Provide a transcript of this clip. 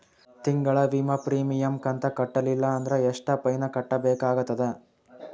ತಿಂಗಳ ವಿಮಾ ಪ್ರೀಮಿಯಂ ಕಂತ ಕಟ್ಟಲಿಲ್ಲ ಅಂದ್ರ ಎಷ್ಟ ಫೈನ ಕಟ್ಟಬೇಕಾಗತದ?